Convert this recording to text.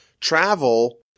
Travel